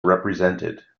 represented